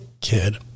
kid